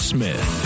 Smith